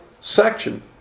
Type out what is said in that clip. section